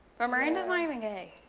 but maranda's not even gay.